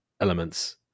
elements